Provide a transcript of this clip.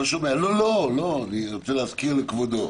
אני רוצה להזכיר לכבודו.